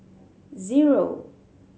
zero